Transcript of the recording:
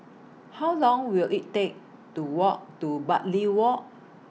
How Long Will IT Take to Walk to Bartley Walk